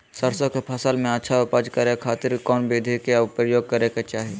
सरसों के फसल में अच्छा उपज करे खातिर कौन विधि के प्रयोग करे के चाही?